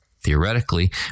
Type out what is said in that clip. theoretically